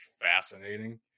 fascinating